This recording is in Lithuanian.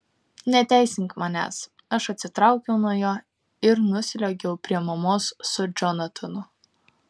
neteisink manęs aš atsitraukiau nuo jo ir nusliuogiau prie mamos su džonatanu